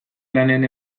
lanean